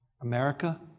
America